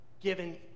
given